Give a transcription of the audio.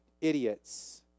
idiots